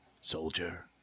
soldier